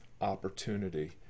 opportunity